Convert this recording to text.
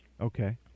Okay